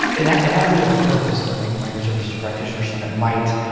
it it has a different purpose than like the microservices practitioners summit might,